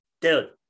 dude